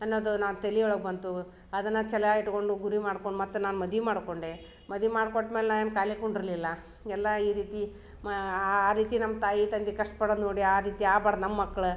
ಅನ್ನೋದು ನಾನು ತೆಲಿಯೊಳಗ ಬಂತು ಅದನ್ನ ಚಲಾ ಇಟ್ಕೊಂಡು ಗುರಿ ಮಾಡ್ಕೊಂಡು ಮತ್ತೆ ನಾನು ಮದ್ವಿ ಮಾಡ್ಕೊಂಡೆ ಮದ್ವಿ ಮಾಡಿ ಕೊಟ್ಮೇಲೆ ನಾ ಏನು ಖಾಲಿ ಕುಂಡ್ರಲಿಲ್ಲ ಎಲ್ಲಾ ಈ ರೀತಿ ಮಾ ಆ ರೀತಿ ನಮ್ಮ ತಾಯಿ ತಂದೆ ಕಷ್ಟ ಪಡೋದು ನೋಡಿ ಆ ರೀತಿ ಆಗ್ಬಾರ್ದು ನಮ್ಮ ಮಕ್ಳು